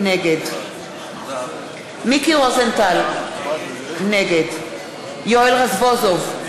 נגד מיקי רוזנטל, נגד יואל רזבוזוב,